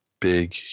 big